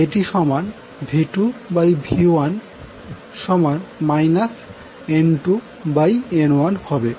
সুতরাং এই জন্য এটি সমান V2V1 N2N1হবে